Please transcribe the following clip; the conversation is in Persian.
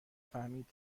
فهمید